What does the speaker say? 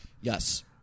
Yes